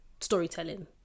storytelling